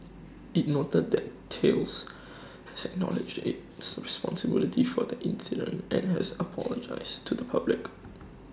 IT noted that Thales has acknowledged its responsibility for the incident and has apologised to the public